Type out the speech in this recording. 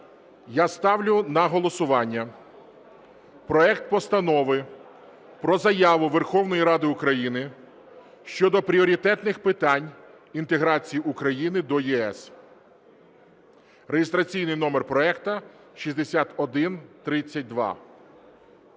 я ставлю на голосування проект Постанови про Заяву Верховної Ради України "Щодо пріоритетних питань інтеграції України до ЄС" (реєстраційний номер проекту 6132).